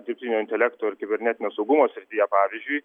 dirbtinio intelekto ir kibernetinio saugumo srityje pavyzdžiui